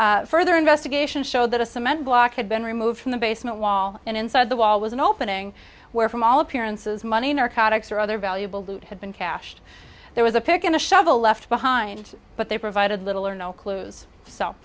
further investigation showed that a cement block had been removed from the basement wall and inside the wall was an opening where from all appearances money narcotics or other valuable loot had been cashed there was a pick and a shovel left behind but they provided little or no clues